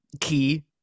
key